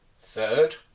third